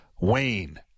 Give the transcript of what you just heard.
Wayne